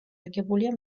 აგებულია